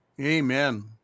Amen